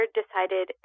decided